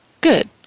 good